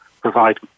provide